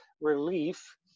relief